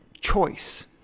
choice